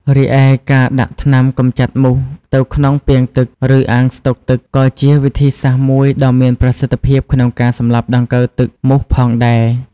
រីឯការដាក់ថ្នាំកម្ចាត់មូសទៅក្នុងពាងទឹក ឬអាងស្តុកទឹក ក៏ជាវិធីសាស្រ្តមួយដ៏មានប្រសិទ្ធភាពក្នុងការសម្លាប់ដង្កូវទឹកមូសផងដែរ។